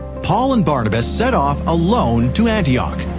paul and barnabas set off alone to antioch.